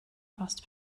post